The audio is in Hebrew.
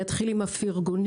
אני אתחיל עם הפרגונים